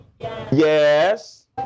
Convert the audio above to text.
Yes